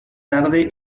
tarde